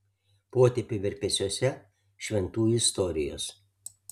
potėpių virpesiuose šventųjų istorijos